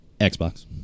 xbox